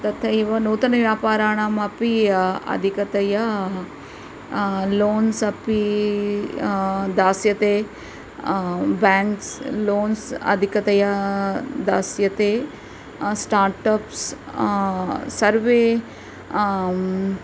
तथैव नूतनव्यापाराणाम् अपि अधिकतया लोन्स् अपि दास्यते बेङ्क्स् लोन्स् अधिकतया दास्यते स्तार्टप्स् सर्वे